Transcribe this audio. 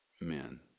men